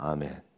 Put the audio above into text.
Amen